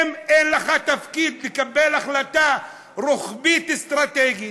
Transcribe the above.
אם אין לך תפקיד לקבל החלטה רוחבית אסטרטגית,